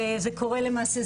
וזה קורה למעשה,